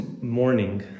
morning